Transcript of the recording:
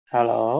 Hello